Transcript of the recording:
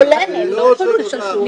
הוא לא תשוש נפש,